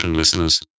Listeners